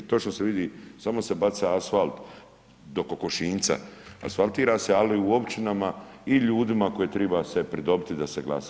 Točno se vidi, samo se baca asfalt, do kokošinjca, asfaltira se ali u općinama i ljudima koje treba se pridobiti da se glasa.